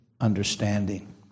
understanding